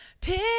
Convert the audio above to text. Pick